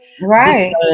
Right